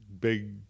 big